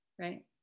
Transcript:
right